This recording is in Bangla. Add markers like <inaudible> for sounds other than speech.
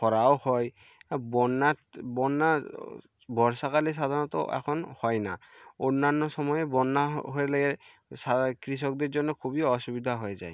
খরাও হয় বন্যা বন্যা বর্ষাকালে সাধারণত এখন হয় না অন্যান্য সময় বন্যা হলে <unintelligible> কৃষকদের জন্য খুবই অসুবিধা হয়ে যায়